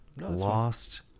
lost